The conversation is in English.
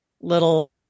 little